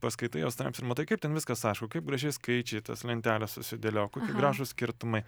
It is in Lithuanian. paskaitai jo straipsnį ir matai kaip ten viskas ašu kaip gražiai skaičiai tos lentelės susidėlio kokie gražūs skirtumai